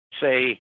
say